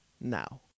now